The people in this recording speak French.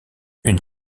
une